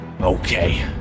okay